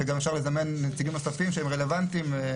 שאפשר לזמן נציגים נוספים שהם רלוונטיים.